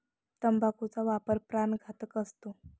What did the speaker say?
तंबाखूचा वापर प्राणघातक असतो